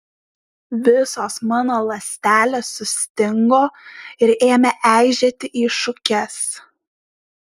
visos mano ląstelės sustingo ir ėmė eižėti į šukes